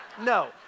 no